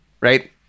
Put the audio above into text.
right